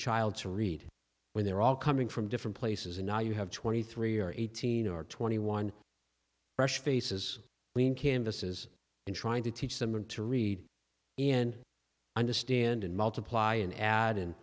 child to read when they're all coming from different places and now you have twenty three or eighteen or twenty one fresh faces i mean canvases and trying to teach them to read and understand and multiply an ad